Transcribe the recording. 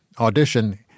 audition